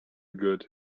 good